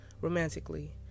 romantically